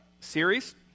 series